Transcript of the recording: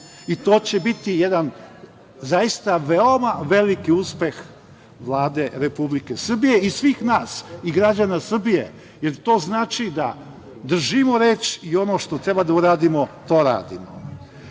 To će biti jedan zaista veoma veliki uspeh Vlade Republike Srbije i svih nas, i građana Srbije. To znači da držimo reč i ono što treba da uradimo i radimo. Kada